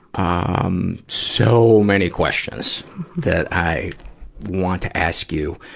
ah um so many questions that i want to ask you.